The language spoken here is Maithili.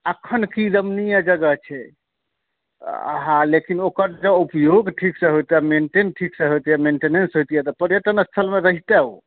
एखन की रमणीय जगह छै हँ लेकिन ओकर जे उपयोग ठीकसँ होयतै मेन्टेन ठीकसँ होयतै मेंटेनेंस होइतै तऽ पर्यटन स्थलमे रहितै ओ